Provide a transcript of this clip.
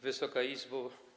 Wysoka Izbo!